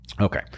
Okay